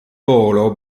volo